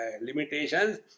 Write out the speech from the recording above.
limitations